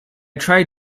tried